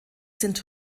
sind